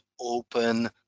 open